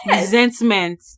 resentment